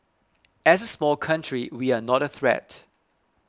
as a small country we are not a threat